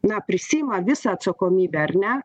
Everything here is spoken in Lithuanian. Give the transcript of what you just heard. na prisiima visą atsakomybę ar ne